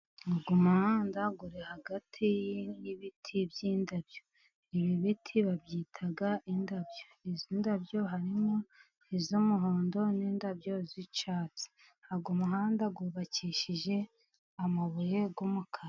Umuhanda uri hagati y'ibiti by'indabyo, ibi biti babyita indabyo, izi ndabyo harimo iz'umuhondo n'indabyo z'icyatsi, uyu muhanda wubakishije amabuye y'umukara.